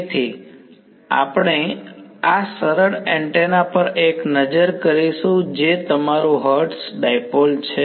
તેથી આપણે આ સરળ એન્ટેના પર એક નજર કરીશું જે તમારું હર્ટ્ઝ ડાઈપોલ છે